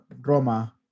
Roma